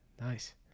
nice